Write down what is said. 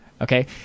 Okay